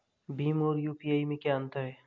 भीम और यू.पी.आई में क्या अंतर है?